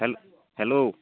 hello hello